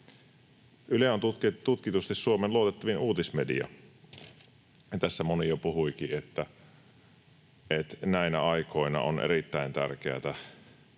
Yle on tutkitusti Suomen luotettavin uutismedia. Tässä moni jo puhuikin, että näinä aikoina on erittäin tärkeätä,